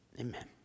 amen